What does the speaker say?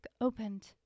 opened